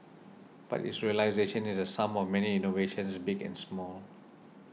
but its realisation is the sum of many innovations big and small